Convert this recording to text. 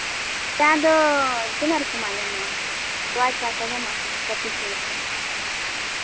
ᱪᱟ ᱫᱚ ᱛᱤᱱᱟᱹᱜ ᱨᱚᱠᱚᱢᱟᱜ ᱧᱟᱢᱚᱜᱼᱟ ᱛᱚᱣᱟ ᱪᱟ ᱠᱚ ᱧᱟᱢᱚᱜ ᱟᱥᱮ ᱵᱟᱝ ᱠᱚᱯᱤ ᱪᱟ ᱠᱚ